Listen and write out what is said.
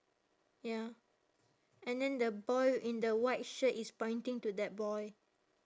ya and then the boy in the white shirt is pointing to that boy